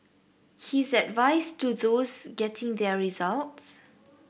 his advice to those getting their results